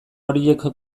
horiek